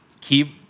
keep